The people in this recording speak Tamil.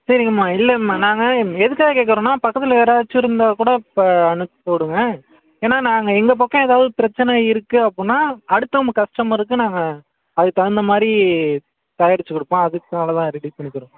சரிங்கம்மா இல்லைங்கமா நான் எதுக்காக கேட்கறோன்னா பக்கத்தில் யாராச்சும் இருந்தால் கூட இப்போ அனுப்பி விடுங்க ஏனால் நாங்கள் எங்கள் பக்கம் ஏதாவது பிரச்சனை இருக்குது அப்புடின்னா அடுத்து நம்ம கஸ்டமருக்கு நாங்கள் அதுக்கு தகுந்த மாதிரி தயாரிச்சு கொடுப்போம் அதுக்காக தான் ரெடி பண்ணிக்கறோம்